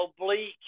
oblique